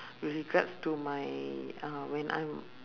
regards to my uh when I'm